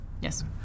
Yes